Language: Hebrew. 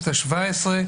בכנסת ה-17,